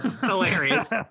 Hilarious